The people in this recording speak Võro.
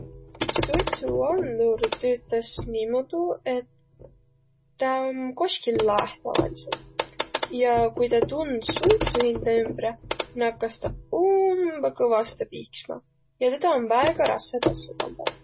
Suitsuandur tüütäs niimoodu, et tä om koskil laeh tavaliselt ja kui tä tund suitsu hindä ümbre, nakkas tä umbõ kõvastõ piiksma ja tedä om väega rassõ tassa pandaq.